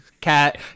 Cat